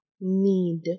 need